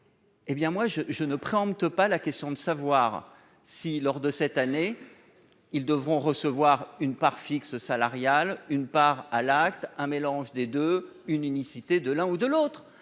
Eh bien moi je je ne préempte pas la question de savoir si, lors de cette année, ils devront recevoir une part fixe salariale une part à l'acte, un mélange des deux une unicité de l'un ou de l'autre,